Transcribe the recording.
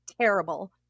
terrible